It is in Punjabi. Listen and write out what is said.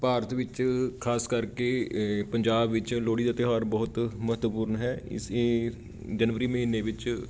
ਭਾਰਤ ਵਿੱਚ ਖ਼ਾਸ ਕਰਕੇ ਪੰਜਾਬ ਵਿੱਚ ਲੋਹੜੀ ਦਾ ਤਿਉਹਾਰ ਬਹੁਤ ਮਹੱਤਵਪੂਰਨ ਹੈ ਇਸ ਇਹ ਜਨਵਰੀ ਮਹੀਨੇ ਵਿੱਚ